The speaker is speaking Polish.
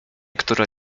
która